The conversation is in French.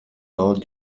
lors